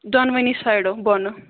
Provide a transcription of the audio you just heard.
دۄنوٕنی سایڈو بۄنہٕ